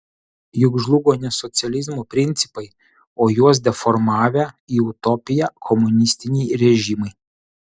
juk žlugo ne socializmo principai o juos deformavę į utopiją komunistiniai režimai